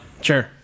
Sure